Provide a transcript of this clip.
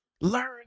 Learn